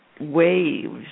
waves